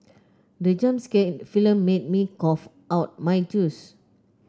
the jump scare in the film made me cough out my juice